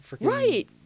right